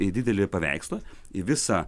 į didelį paveikslą į visą